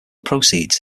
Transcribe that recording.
proceeds